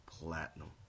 platinum